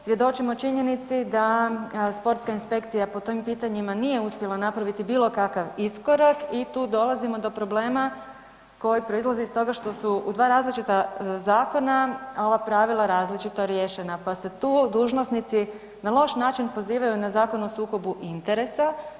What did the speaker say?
Svjedočimo činjenici da sportska inspekcija po tim pitanjima nije uspjela napraviti bilo kakav iskorak i tu dolazimo do problema koji proizlazi iz toga što su u dva različita zakona ova pravila različito riješena, pa se tu dužnosnici na loš način pozivaju na Zakon o sukobu interesa.